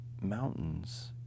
mountains